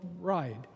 ride